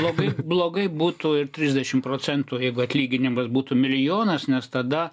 labai blogai būtų ir trisdešimt procentų jeigu atlyginimas būtų milijonas nes tada